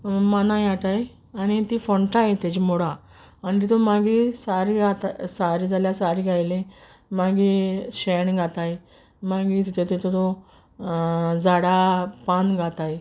मानाय हाटाय आनी तीं फोणटाय तेच मुळां आनी तितूं मागी सार सार जाल्यार सार घायलें मागीर शेण घाताय मागीर तितूं झाडां पान घाताय